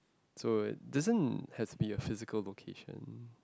so it doesn't have to be a physical location